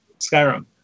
Skyrim